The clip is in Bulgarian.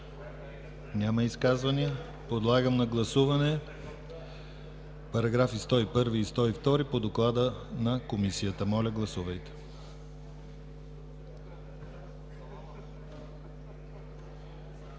Няма изказвания. Подлагам на гласуване § 101 и § 102 по Доклада на Комисията. Моля, гласувайте.